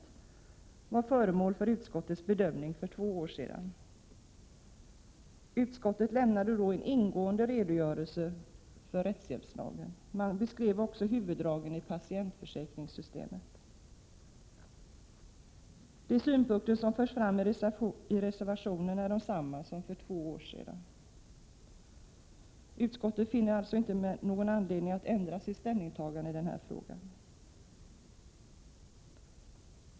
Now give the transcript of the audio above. Den frågan var föremål för utskottets bedömning för två år sedan. Utskottet lämnade då en ingående redogörelse för rättshjälpslagen och beskrev också huvuddragen i patientförsäkringssystemet. De synpunkter som förs fram i reservationen är desamma som för två år sedan. Utskottet finner alltså inte någon anledning att ändra sitt ställningstagande i denna fråga.